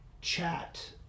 chat